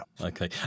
Okay